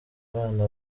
abana